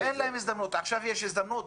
עכשיו יש הזדמנות,